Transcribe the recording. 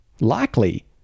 likely